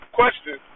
question